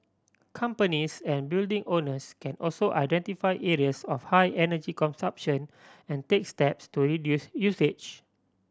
companies and building owners can also identify areas of high energy consumption and take steps to reduce usage